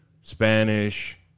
Spanish